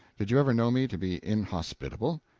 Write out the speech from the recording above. did you ever know me to be inhospitable?